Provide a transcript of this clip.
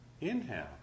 inhale